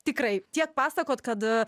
tikrai tiek pasakot kad